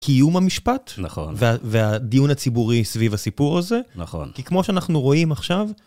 קיום המשפט והדיון הציבורי סביב הסיפור הזה. -נכון. -כי כמו שאנחנו רואים עכשיו...